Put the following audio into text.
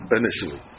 initially